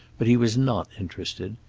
but he was not interested.